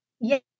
Yes